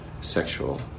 sexual